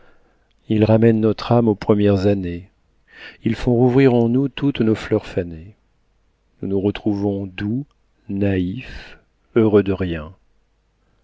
ils ramènent notre âme aux premières années ils font rouvrir en nous toutes nos fleurs fanées nous nous retrouvons doux naïfs heureux de rien